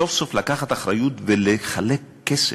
סוף-סוף לקחת אחריות ולחלק כסף,